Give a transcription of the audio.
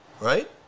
Right